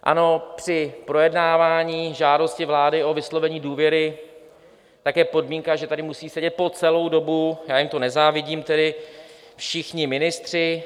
Ano, při projednávání žádosti vlády o vyslovení důvěry je podmínka, že tady musí sedět po celou dobu já jim to nezávidím tedy všichni ministři.